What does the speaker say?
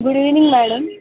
good evening madam